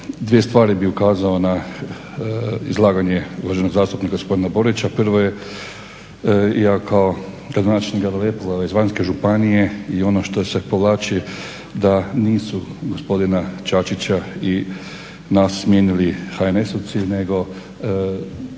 dvije stvari bi ukazao na izlaganje uvaženog zastupnika gospodina Borića, prvo je ja kao gradonačelnik … županije i ono što se povlači da nisu gospodina Čačića i nas smijenili HNS-ovci nego